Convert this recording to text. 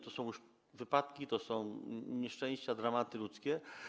To są wypadki, to są nieszczęścia, dramaty ludzkie.